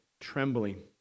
trembling